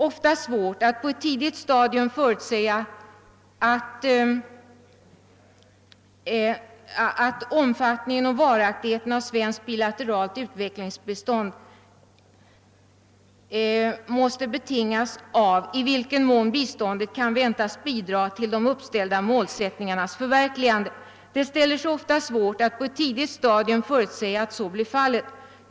Utskottet säger »att omfattningen och varaktigheten av svenskt bilateralt utvecklingsbistånd givetvis måste betingas av i vilken mån biståndet kan väntas bidra till de uppställda målsättningarnas förverkligande. Det ställer sig ofta svårt att på ett tidigt stadium förutsäga att så blir fallet.